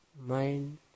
mind